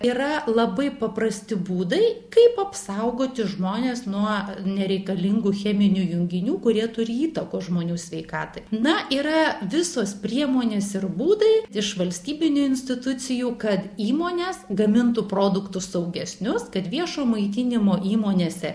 yra labai paprasti būdai kaip apsaugoti žmones nuo nereikalingų cheminių junginių kurie turi įtakos žmonių sveikatai na yra visos priemonės ir būdai iš valstybinių institucijų kad įmonės gamintų produktus saugesnius kad viešo maitinimo įmonėse